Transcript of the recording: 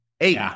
eight